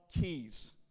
keys